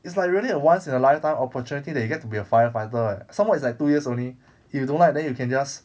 it's like really a once in a lifetime opportunity that you get to be a firefighter eh somemore it's like two years only if you don't like then you can just